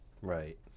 Right